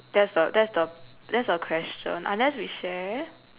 that's the that's that's the question unless we share